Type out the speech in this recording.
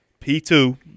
P2